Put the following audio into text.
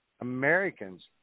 Americans